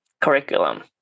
curriculum